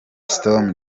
stormy